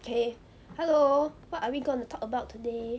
K hello what are we going to talk about today